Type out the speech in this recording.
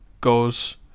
goes